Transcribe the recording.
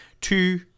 two